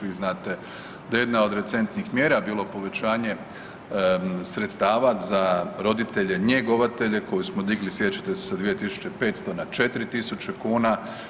Vi znate da je jedna od recentnih mjera bilo povećanje sredstava za roditelje njegovatelje koje smo digli, sjećate se, s 2500 na 4 tisuće kuna.